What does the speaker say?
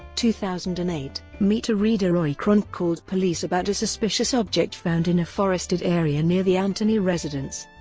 two thousand and eight, meter reader roy kronk called police about a suspicious object found in a forested area near the anthony residence.